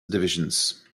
divisions